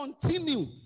continue